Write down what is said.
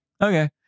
Okay